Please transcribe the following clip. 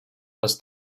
was